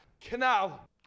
Canal